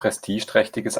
prestigeträchtiges